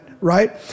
right